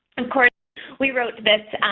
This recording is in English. and course we wrote this